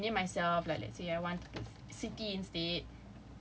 ya so I can rename myself like let's say I want siti instead